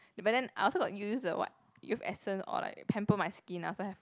but then I also got use the what youth essence or like pamper my skin I also have